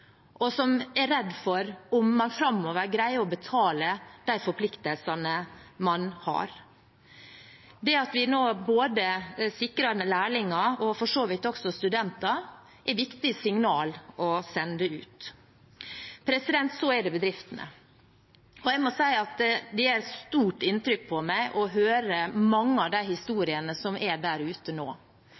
og redde for om de framover greier å betale for de forpliktelsene de har. Det at vi nå sikrer både lærlinger og for så vidt også studenter, er et viktig signal å sende ut. Så er det bedriftene. Jeg må si at det gjør et sterkt inntrykk på meg å høre mange av de historiene som er der ute nå: